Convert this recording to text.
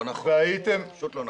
לא נכון, זה פשוט לא נכון.